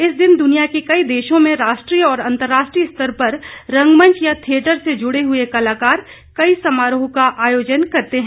इस दिन दुनिया के कई देशों में राष्ट्रीय और अंतर्राष्ट्रीय स्तर पर रंगमंच या थियेटर से जुड़े हुए कलाकार कई समारोह का आयोजन करते हैं